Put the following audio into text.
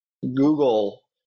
Google